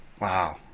Wow